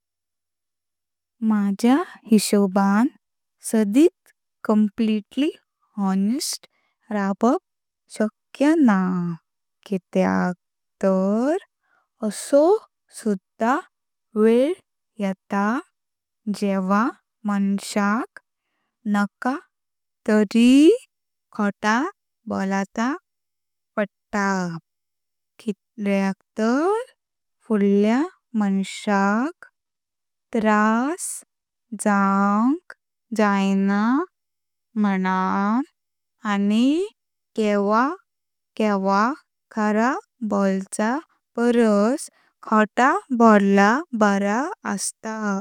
माझ्या हिशोबान सालित कम्प्लीटली हॉनिस्ट रावप शाक्य ना कित्याक तर असो सुध्दा वेळ येता जेवा मनशाक नाका तरी खोटा बोलाचा पड़ता कित्याक तर फुडल्या मनशाक त्रास जावक जायना म्हूणों आनी केव्हा केव्हा खरा बोलचा परस खोटा बोल्ला बरा आयत।